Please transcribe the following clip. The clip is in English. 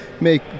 make